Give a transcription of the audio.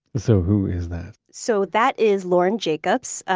so who is that? so that is lauren jacobs.